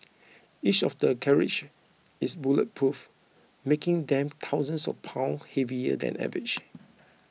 each of the carriage is bulletproof making them thousands of pounds heavier than average